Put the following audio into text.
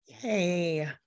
Yay